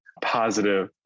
positive